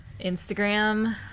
Instagram